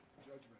Judgment